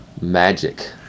Magic